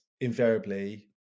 invariably